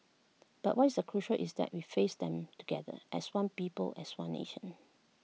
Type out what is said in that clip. but what is the crucial is that we face them together as one people as one nation